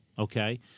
Okay